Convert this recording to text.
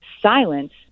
silence